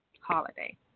Holiday